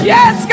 Yes